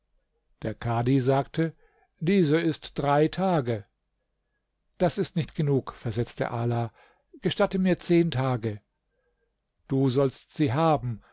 der kadhi sagte diese ist drei tage das ist nicht genug versetzte ala gestatte mir zehn tage du sollst sie haben